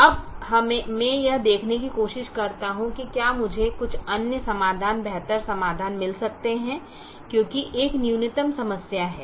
अब मैं यह देखने की कोशिश करता हूं कि क्या मुझे कुछ अन्य समाधान बेहतर समाधान मिल सकते हैं क्योंकि यह एक न्यूनतम समस्या है